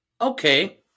Okay